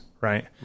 Right